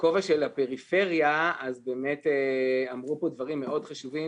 בכובע של הפריפריה: באמת אמרו פה דברים מאוד חשובים.